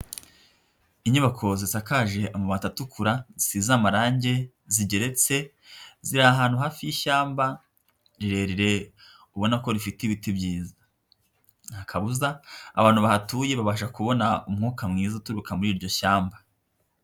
Inyubako zisakaje amabati atukura, zisize amarange, zigeretse, ziri ahantu hafi y'ishyamba rirerire, ubona ko rifite ibiti byiza. Nta kabuza, abantu bahatuye babasha kubona umwuka mwiza uturuka muri iryo shyamba.